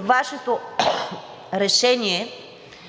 Вашето решение